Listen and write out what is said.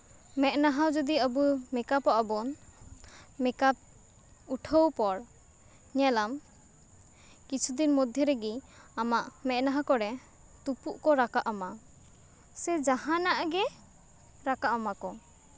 ᱢᱮᱫᱦᱟ ᱡᱩᱫᱤ ᱟᱵᱚ ᱢᱮᱠᱟᱯᱚᱜᱼᱟ ᱵᱚᱱ ᱢᱮᱠᱟᱯᱼᱩᱴᱷᱟᱹᱣ ᱯᱚᱨ ᱧᱮᱞᱟᱢ ᱠᱤᱪᱷᱩ ᱫᱤᱱ ᱢᱚᱫᱽᱫᱷᱮᱨᱮᱜᱮ ᱟᱢᱟᱜ ᱢᱮᱫᱦᱟ ᱠᱚᱨᱮ ᱛᱩᱯᱩᱜ ᱠᱚ ᱨᱟᱠᱟᱯ ᱟᱢᱟ ᱥᱮ ᱡᱟᱦᱟᱱᱟᱜ ᱜᱮ ᱨᱟᱠᱟᱜ ᱟᱢᱟ ᱠᱚ